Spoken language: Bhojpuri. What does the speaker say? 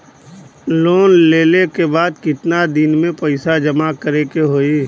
लोन लेले के बाद कितना दिन में पैसा जमा करे के होई?